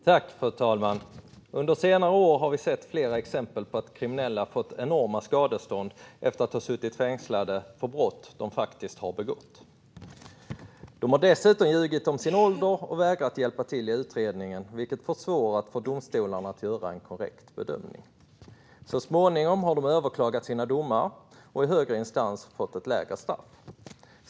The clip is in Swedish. Fru talman! Under senare år har vi sett flera exempel på att kriminella har fått enorma skadestånd efter att ha suttit fängslade för brott de faktiskt har begått. De har dessutom ljugit om sin ålder och vägrat hjälpa till i utredningen, vilket försvårat för domstolarna att göra en korrekt bedömning. Så småningom har de överklagat sina domar och i högre instans fått ett lägre straff.